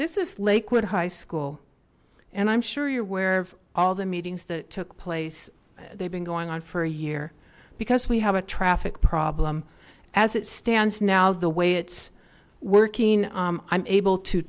this is lakewood high school and i'm sure you're aware of all the meetings that took place they've been going on for a year because we have a traffic problem as it stands now the way it's working i'm able to